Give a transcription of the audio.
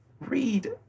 Read